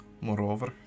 Moreover